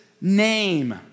name